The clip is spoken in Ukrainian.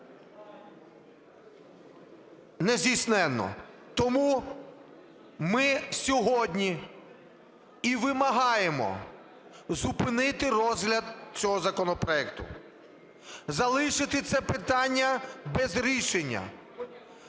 нездійсненно. Тому ми сьогодні і вимагаємо зупинити розгляд цього законопроекту, залишити це питання без рішення,